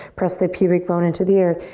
press the pubic bone into the earth.